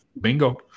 Bingo